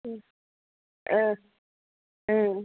औ ओं